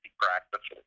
practices